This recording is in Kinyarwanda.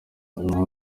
naho